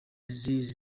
disease